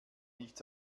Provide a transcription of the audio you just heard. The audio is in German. nichts